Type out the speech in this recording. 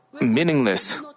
meaningless